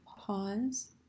Pause